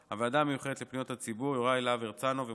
חבר הכנסת סימון דוידסון,